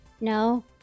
No